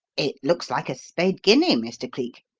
it looks like a spade guinea, mr. cleek.